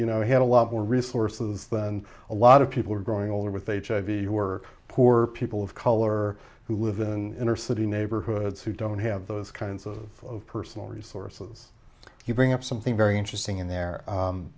you know he had a lot more resources than a lot of people growing older with hiv who were poor people of color who live in intercity neighborhoods who don't have those kinds of personal resources you bring up something very interesting in there